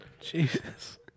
Jesus